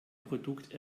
produkt